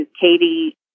Katie